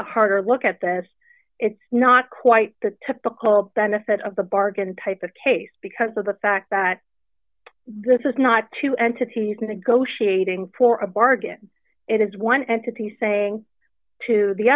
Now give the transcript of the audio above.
harder look at this it's not quite the typical benefit of the bargain type of case because of the fact that this is not two entities negotiating for a bargain it is one entity saying to the